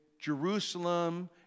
Jerusalem